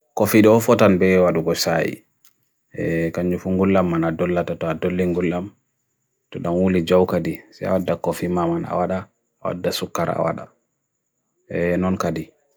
Kofi doofotan be wad ugo sayi, kanyufung gulam man adulla to adulling gulam, to na uli jaw kadi, siya wad da kofi man awadda, awadda sukara awadda, non kadi.